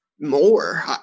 more